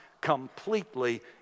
completely